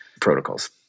protocols